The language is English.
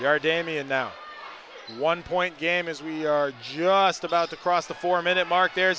r damian now one point game is we are just about to cross the four minute mark there